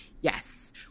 yes